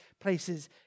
places